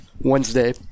Wednesday